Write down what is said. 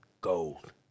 gold